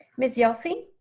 miss yelsey?